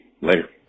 Later